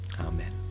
Amen